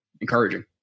encouraging